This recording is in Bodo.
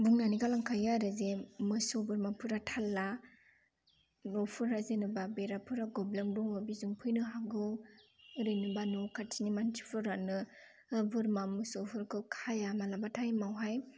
बुंनानै गालांखायो आरो जे मोसौ बोरमाफोरा थाल ला नफोरा जेनेबा बेराफोरा गब्लं दङ बेजों फैनो हागौ ओरैनोबा न' खातिनि मानसिफोरानो बोरमा मोसौफोरखौ खाया मालाबा थायमावहाय